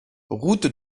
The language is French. route